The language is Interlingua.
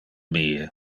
mie